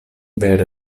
vere